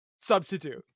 substitute